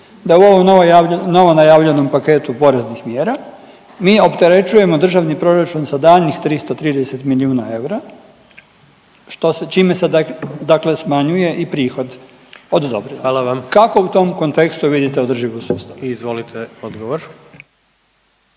da u ovom novo najavljenom paketu poreznih mjera mi opterećujemo državni proračun sa daljnjih 330 milijuna eura, što se, čime se dakle smanjuje i prihod od doprinosa…/Upadica predsjednik: Hvala vam/…. Kako u tom kontekstu vidite održivost sustava? **Jandroković,